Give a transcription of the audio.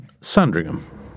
Sandringham